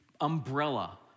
umbrella